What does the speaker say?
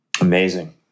Amazing